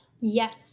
Yes